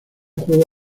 juego